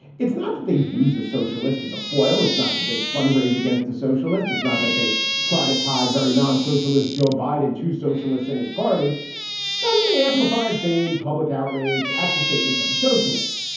it's not that they use a socialist as a foil. it's not that they fundraise against a socialist. it's not that they try to tie very non socialist joe biden to socialists in his party so ah that they amplify and feign public outrage at the statements of a socialist.